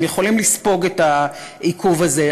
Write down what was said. הם יכולים לספוג את העיכוב הזה,